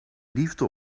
liefde